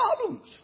problems